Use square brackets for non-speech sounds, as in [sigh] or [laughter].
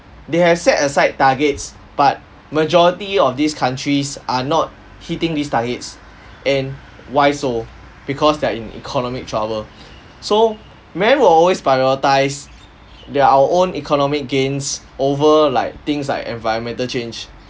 they have set aside targets but majority of these countries are not hitting these targets and why so because they're in economic trouble [breath] so man will always prioritise their our own economic gains over like things like environmental change